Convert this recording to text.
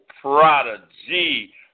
prodigy